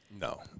No